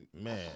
man